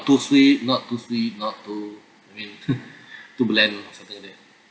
too sweet not too sweet not too I mean too bland or something like that